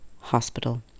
hospital